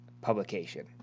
publication